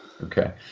Okay